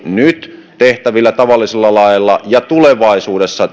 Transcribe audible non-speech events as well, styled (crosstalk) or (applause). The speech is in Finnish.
nyt tehtävillä tavallisilla laeilla ja tulevaisuudessa (unintelligible)